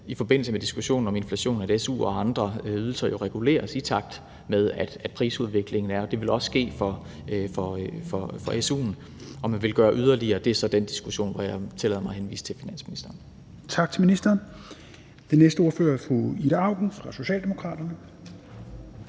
i forbindelse med diskussionen om inflation, at su og andre ydelser jo reguleres, i takt med at prisudviklingen er der. Det vil også ske for su'en. Om man vil gøre yderligere, er så den diskussion, hvor jeg tillader mig at henvise til finansministeren. Kl. 16:18 Fjerde næstformand (Rasmus Helveg Petersen): Tak til ministeren. Den næste ordfører er fru Ida Auken fra Socialdemokraterne.